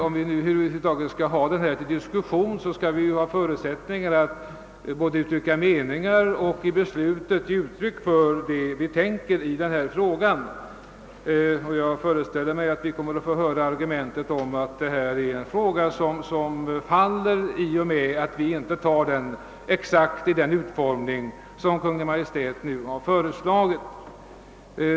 Om vi över huvud taget skall ha denna fråga uppe till diskussion, skall vi naturligtvis ha möjlighet att uttrycka vad vi tänker i både tal och beslut. Jag föreställer mig emellertid att vi kommer att få höra argumentet att denna fråga faller i och med att vi inte godtar exakt den utformning som Kungl. Maj:t har föreslagit.